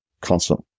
constant